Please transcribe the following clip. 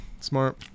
Smart